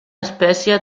espècie